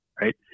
Right